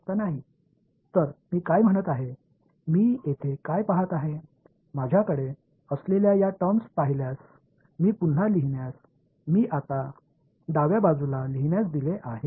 என்னிடம் உள்ள இந்த விதிமுறைகளைப் பார்த்தால் நான் மீண்டும் எழுதுகிறேன் என்றால் இப்போது இடது புறத்தில் எழுத அனுமதித்தேன் எனவே இவை இரண்டு விஷயங்கள் மற்றும் எதற்கு சமம்